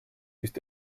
ist